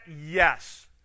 Yes